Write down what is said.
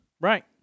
Right